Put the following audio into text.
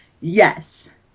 Yes